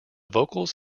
vocals